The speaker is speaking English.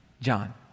John